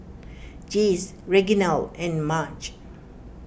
Jase Reginald and Marge